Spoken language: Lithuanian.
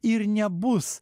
ir nebus